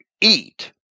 eat